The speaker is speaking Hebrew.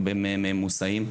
הרבה מהם מוסעים.